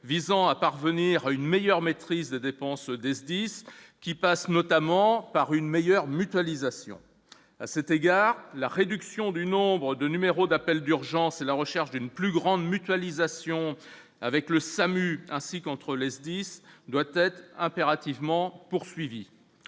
visant à parvenir à une meilleure maîtrise des dépenses des SDIS, qui passe notamment par une meilleure mutualisation à cet égard la réduction du nombre de numéros d'appel d'urgence et la recherche d'une plus grande mutualisation avec le SAMU, ainsi qu'entre les SDIS doit être impérativement poursuivies